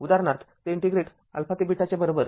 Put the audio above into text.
उदाहरणार्थ ते इंटिग्रेशन ते घ्या बरोबर